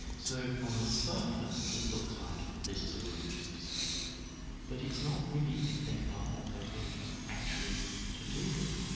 so, on the surface, it looks like this is a religious dispute but it's not really if you think about what those religions are actually to do with.